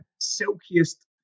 silkiest